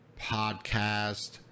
podcast